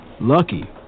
Lucky